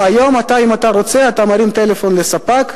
היום אם אתה רוצה אתה מרים טלפון לספק,